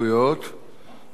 ובבקשות דיבור.